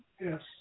Yes